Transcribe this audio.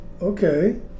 okay